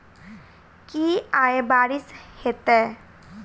की आय बारिश हेतै?